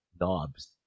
knobs